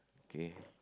K